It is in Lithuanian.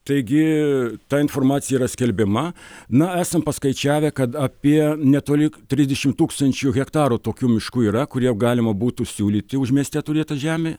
taigi ta informacija yra skelbiama na esam paskaičiavę kad apie netoli trisdešim tūkstančių hektarų tokių miškų yra kurie jau galima būtų siūlyti už mieste turėtą žemė